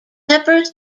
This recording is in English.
peppers